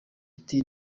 ati